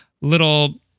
little